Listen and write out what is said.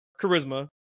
charisma